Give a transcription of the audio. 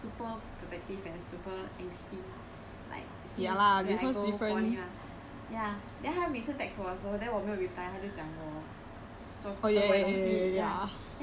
then that time like he he he become super protective and super angsty like since like I go poly mah ya then 他每次 text 我时候 then 我没有 reply then 他就讲我